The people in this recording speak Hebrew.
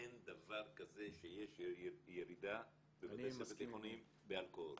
אין דבר כזה שיש ירידה בבתי ספר בתיכוניים בשתיית אלכוהול.